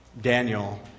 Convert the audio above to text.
Daniel